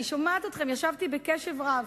אני שומעת אתכם, ישבתי שם, בקשב רב,